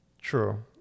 True